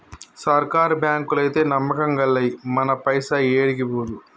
సర్కారు బాంకులైతే నమ్మకం గల్లయి, మన పైస ఏడికి పోదు